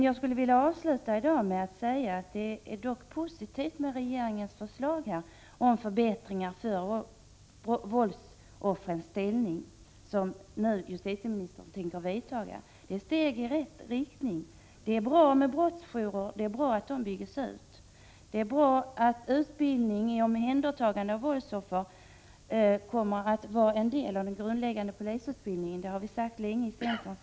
Jag vill avsluta med att säga att det dock är positivt med regeringens förslag till förbättring av våldsoffrens ställning som justitieministern har aviserat. Det är steg i rätt riktning. Det är bra med brottsjourer, det är bra att de byggs ut. Och det är bra att utbildning i omhändertagande av våldsoffer kommer att vara en del av den grundläggande polisutbildningen. Det har vi sagt länge inom centern.